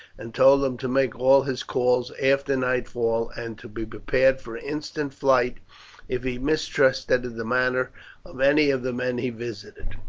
and told him to make all his calls after nightfall, and to be prepared for instant flight if he mistrusted the manner of any of the men he visited.